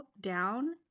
down